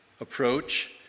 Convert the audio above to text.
approach